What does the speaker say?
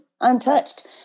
untouched